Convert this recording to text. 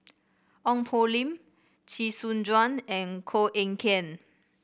Ong Poh Lim Chee Soon Juan and Koh Eng Kian